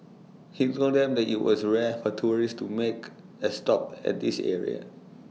he told them that IT was rare for tourists to make A stop at this area